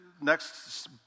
next